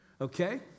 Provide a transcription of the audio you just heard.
Okay